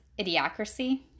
idiocracy